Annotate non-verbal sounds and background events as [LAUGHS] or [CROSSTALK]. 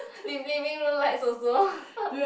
living living room lights also [LAUGHS]